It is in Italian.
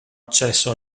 accesso